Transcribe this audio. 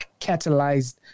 catalyzed